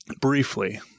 briefly